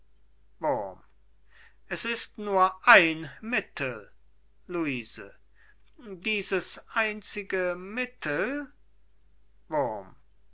es ist nur ein mittel luise dieses einzige mittel wurm